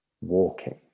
walking